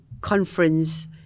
conference